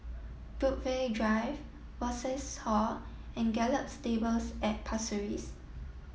Brookvale Drive Rosas Hall and Gallop Stables at Pasir Ris